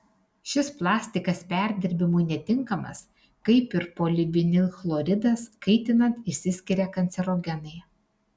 šis plastikas perdirbimui netinkamas kaip ir polivinilchloridas kaitinant išsiskiria kancerogenai